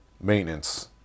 Maintenance